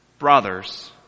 brothers